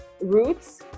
roots